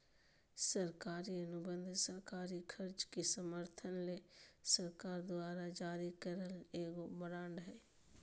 सरकारी अनुबंध सरकारी खर्च के समर्थन ले सरकार द्वारा जारी करल एगो बांड हय